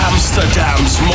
Amsterdam's